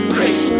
Crazy